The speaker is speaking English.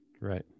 Right